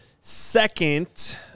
second